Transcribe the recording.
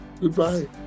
Goodbye